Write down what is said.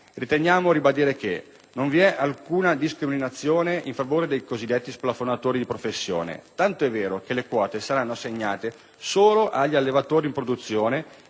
in primo luogo, che non vi è alcuna discriminazione in favore dei cosiddetti splafonatori di professione, tanto è vero che le quote saranno assegnate solo agli allevatori in produzione